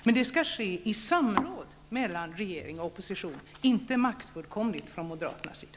Men det skall ske i samråd mellan regering och opposition, inte maktfullkomligt från moderaternas sida.